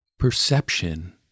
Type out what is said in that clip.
perception